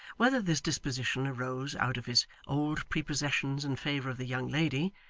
whether this disposition arose out of his old prepossessions in favour of the young lady,